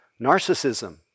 narcissism